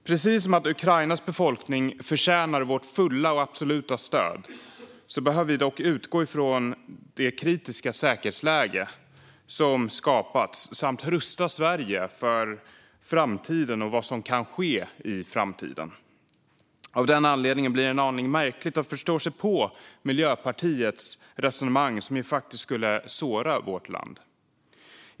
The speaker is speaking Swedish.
Precis som Ukrainas befolkning förtjänar vårt fulla och absoluta stöd behöver vi dock utgå ifrån det kritiska säkerhetsläge som skapats samt rusta Sverige för vad som kan ske i framtiden. Av den anledningen blir det en aning märkligt att förstå sig på Miljöpartiets resonemang, som faktiskt skulle såra vårt land.